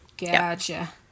gotcha